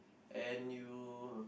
and you